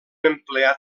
empleat